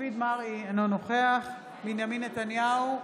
מופיד מרעי, אינו נוכח בנימין נתניהו,